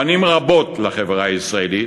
פנים רבות לחברה הישראלית,